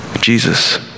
Jesus